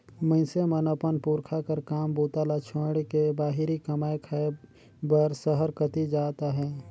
मइनसे मन अपन पुरखा कर काम बूता ल छोएड़ के बाहिरे कमाए खाए बर सहर कती जात अहे